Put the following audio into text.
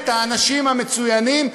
האנשים המצוינים,